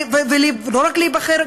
ולא רק לבחור,